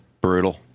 Brutal